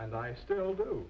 and i still do